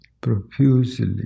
profusely